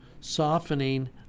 softening